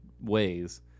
ways